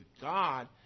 God